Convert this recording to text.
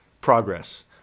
Progress